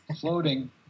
floating